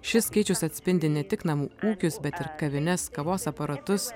šis skaičius atspindi ne tik namų ūkius bet ir kavines kavos aparatus